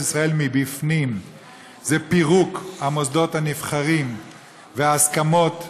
ישראל מבפנים זה פירוק המוסדות הנבחרים וההסכמות הרב-לאומיות,